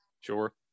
sure